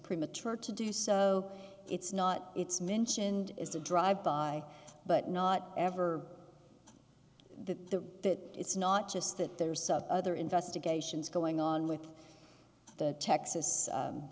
premature to do so it's not it's mentioned as a drive by but not ever that the that it's not just that there are some other investigations going on with texas texas